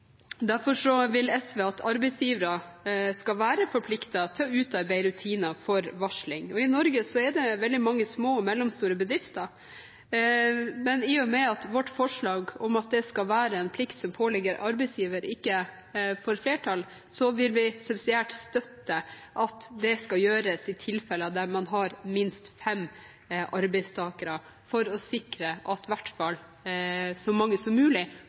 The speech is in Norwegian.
Derfor vil SV at arbeidsgivere skal være forpliktet til å utarbeide rutiner for varsling. I Norge er det veldig mange små og mellomstore bedrifter. I og med at vårt forslag om at det skal være en plikt som påligger arbeidsgiver, ikke får flertall, vil vi subsidiært støtte at det skal gjøres i tilfeller der man har minst fem arbeidstakere, for å sikre at i hvert fall så mange som mulig